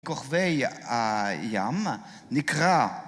כוכבי ה... ים, נקרא,